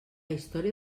història